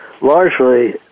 largely